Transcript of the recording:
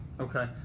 Okay